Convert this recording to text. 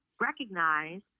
recognize